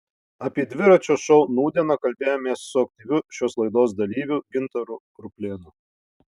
apie dviračio šou nūdieną kalbėjomės su aktyviu šios laidos dalyviu gintaru ruplėnu